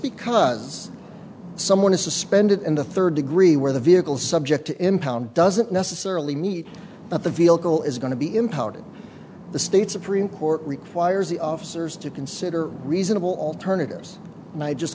because someone is suspended in the third degree where the vehicle is subject to impound doesn't necessarily need but the field goal is going to be impounded the state supreme court requires the officers to consider reasonable alternatives and i'd just